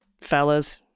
fellas